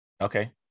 Okay